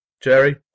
Jerry